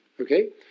Okay